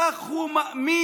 כך הוא מאמין,